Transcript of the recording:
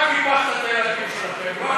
אתה קיפחת את הילדים שלכם, לא